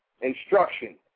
instruction